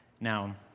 Now